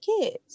kids